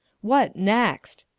what next?